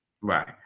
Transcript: Right